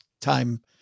time